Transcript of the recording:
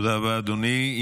תודה רבה, אדוני.